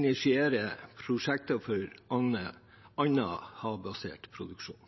initiere prosjekter for